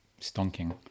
stonking